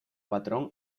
patrón